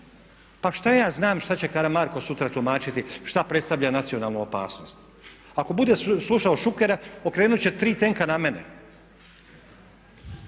Pa što ja znam što će Karamarko sutra tumačiti što predstavlja nacionalnu opasnost. Ako bude slušao Šukera okrenut će tri tenka na mene.